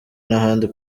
n’ahandi